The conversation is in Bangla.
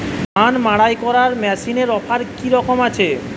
ধান মাড়াই করার মেশিনের অফার কী রকম আছে?